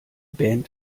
band